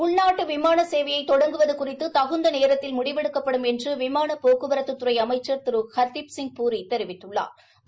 உள்நாட்டு விமான சேவையை தொடங்குவது குறித்து தகுந்த நேரத்தில் முடிவெடுக்கப்படும் என்று விமான போக்குவரத்துத் துறை அமைக்சா் திரு ஹா்தீப்சிங் பூரி தெரிவித்துள்ளாா்